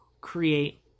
create